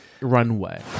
runway